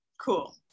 Cool